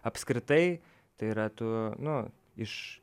apskritai tai yra tu nu iš